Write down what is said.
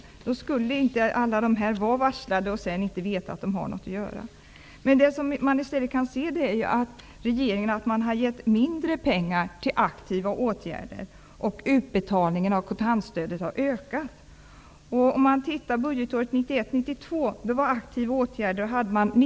Alla dessa människor skulle inte ha varslats om uppsägning och inte veta om de kommer att ha något att göra. Regeringen har givit mindre pengar till aktiva åtgärder, och utbetalningen av kontantstödet har ökat. Under budgetåret 1991/92 lades 19 miljarder på aktiva åtgärder.